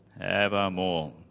evermore